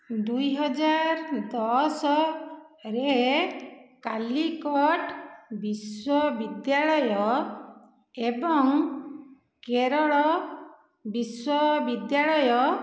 ଦୁଇହଜାର ଦଶ ରେ କାଲିକଟ୍ ବିଶ୍ୱବିଦ୍ୟାଳୟ ଏବଂ କେରଳ ବିଶ୍ଵ ବିଦ୍ୟାଳୟ